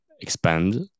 expand